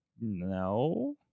No